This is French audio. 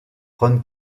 ron